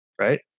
right